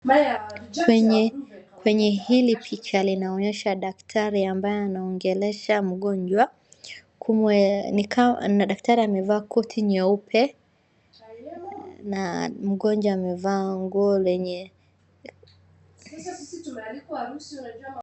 Kwenye hili picha linaonyesha daktari ambaye anaongelesha mtu mgonjwa na daktari amevaa koti nyeupe na mgonjwa amevaa nguo lenyewe .